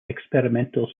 experimental